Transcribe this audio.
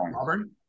Auburn